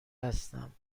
هستم